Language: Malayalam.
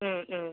ഉം ഉം